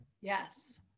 Yes